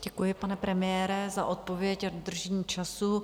Děkuji, pane premiére, za odpověď a dodržení času.